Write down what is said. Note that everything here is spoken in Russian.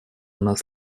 нас